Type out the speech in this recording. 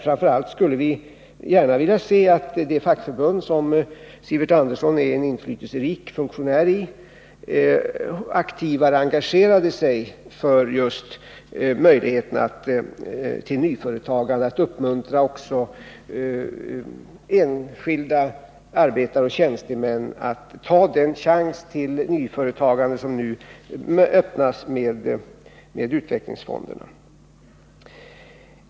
Framför allt skulle vi vilja se att de fackförbund där Sivert Andersson är en inflytelserik funktionär aktivare engagerade sig för möjligheterna till nyföretagande och för uppmuntran också av enskilda arbetare och tjänstemän att ta den chans till nyföretagande som nu öppnas genom utvecklingsfonderna.